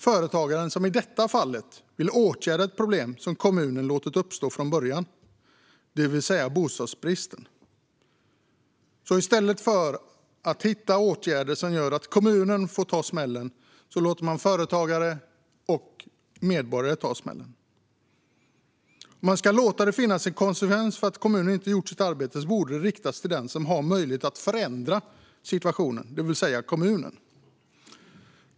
Företagaren får ta smällen trots att man vill åtgärda ett problem som kommunen har låtit uppstå från början, det vill säga bostadsbristen. I stället för åtgärder som innebär att kommunen får ta smällen blir det alltså företagare och medborgare som får göra det. Om det ska finnas en konsekvens av att kommunen inte har gjort sitt arbete borde den riktas mot den som har möjlighet att förändra situationen, det vill säga kommunen.